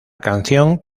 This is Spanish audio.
canción